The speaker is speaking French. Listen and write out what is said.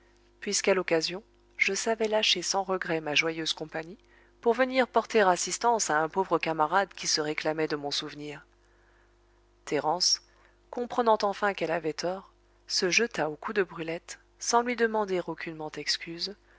puisqu'à l'occasion je savais lâcher sans regret ma joyeuse compagnie pour venir porter assistance à un pauvre camarade qui se réclamait de mon souvenir thérence comprenant enfin qu'elle avait tort se jeta au cou de brulette sans lui demander aucunement excuse